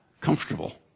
comfortable